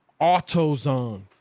AutoZone